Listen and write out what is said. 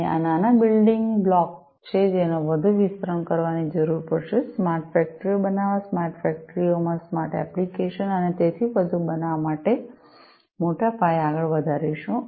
અને આ નાના બિલ્ડિંગ બ્લોક છે જેનો વધુ વિસ્તરણ કરવાની જરૂર પડશે સ્માર્ટ ફેક્ટરીઓ બનાવવા સ્માર્ટ ફેક્ટરી ઓમાં સ્માર્ટ એપ્લીકેશંસ અને તેથી વધુ બનાવવા માટે મોટા પાયે આગળ વધારીશું